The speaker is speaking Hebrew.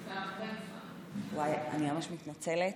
וואי, אני ממש מתנצלת,